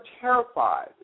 terrified